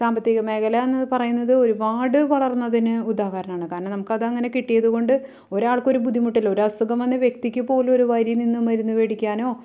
സാമ്പത്തിക മേഖല എന്ന് പറയുന്നത് ഒരുപാട് വളർന്നതിന് ഉദാഹരണമാണ് കാരണം നമുക്ക് അതങ്ങനെ കിട്ടിയതുകൊണ്ട് ഒരാൾക്കൊരു ബുദ്ധിമുട്ടില്ല ഒരു അസുഖം വന്ന വ്യക്തിക്ക് പോലും ഒരു വരി നിന്ന് മരുന്ന് വേടിക്കാനോ